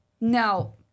Now